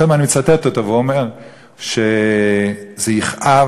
קודם אני מצטט אותו, והוא אומר שזה יכאב,